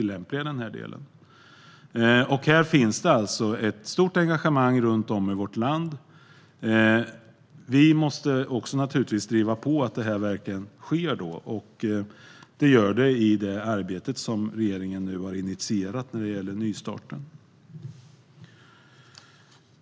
Det finns ett stort engagemang runt om i vårt land. Vi måste också driva på, så att det här verkligen sker. Och det gör det genom det arbete som regeringen nu har initierat när det gäller nystarten.